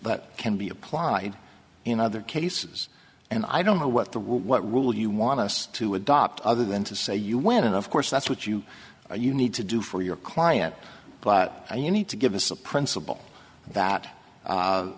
that can be applied in other cases and i don't know what the what rule you want us to adopt other than to say you when of course that's what you or you need to do for your client but you need to give us a principle that